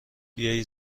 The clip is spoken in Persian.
بیایید